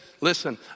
listen